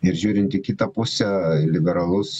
ir žiūrint į kitą pusę liberalus